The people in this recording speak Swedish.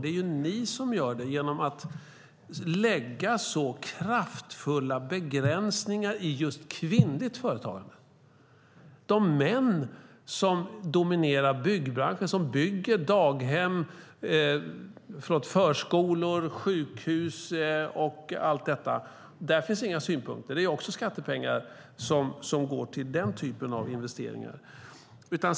Det är ni som gör det genom att lägga så kraftfulla begränsningar i just kvinnligt företagande. När det gäller de män som dominerar byggbranschen, som bygger förskolor, sjukhus och så vidare, finns inga synpunkter. Det är också skattepengar som går till den typen av investeringar.